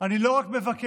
אני לא רק מבקש,